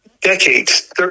decades